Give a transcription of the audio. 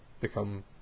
become